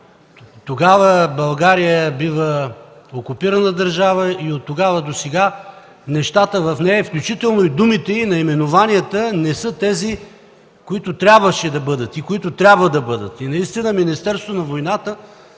Тогава България е окупирана държава и оттогава досега нещата в нея, включително и думите, наименованията не са тези, които трябваше и трябва да бъдат.